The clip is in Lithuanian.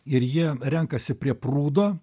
ir jie renkasi prie prūdo